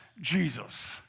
Jesus